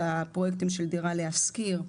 הפרויקטים של דירה להשכיר,